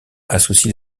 associe